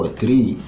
three